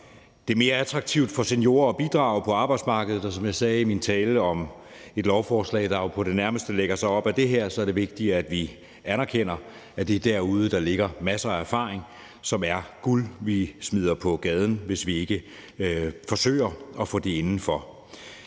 det mere attraktivt for seniorer at bidrage på arbejdsmarkedet, og som jeg sagde i min tale om et lovforslag, der jo på det nærmeste lægger sig op ad det her, er det vigtigt, at vi anerkender, at det er derude, der ligger masser af erfaring, som er guld, vi smider på gaden, hvis vi ikke forsøger at få det indenfor.